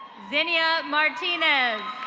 xenia martinez.